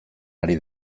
ari